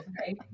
right